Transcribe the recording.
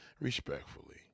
Respectfully